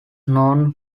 known